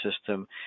system